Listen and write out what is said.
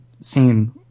seen